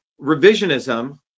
revisionism